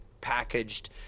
packaged –